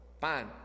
fine